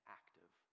active